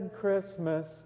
Christmas